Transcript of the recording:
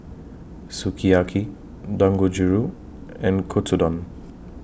Sukiyaki Dangojiru and Katsudon